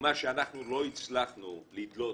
ומה שאנחנו לא הצלחנו לדלות,